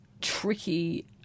tricky